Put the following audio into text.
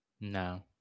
No